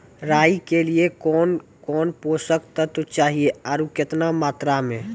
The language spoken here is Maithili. राई के लिए कौन कौन पोसक तत्व चाहिए आरु केतना मात्रा मे?